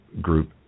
group